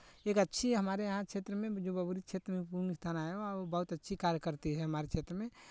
एक अच्छी हमारे यहाँ क्षेत्र में जो बबुरी क्षेत्र में पुलिस थाना है वहाँ वो बहुत अच्छी कार्य करती है हमारे क्षेत्र में